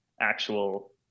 actual